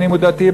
אם דתי,